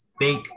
fake